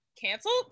canceled